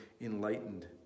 enlightened